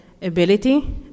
ability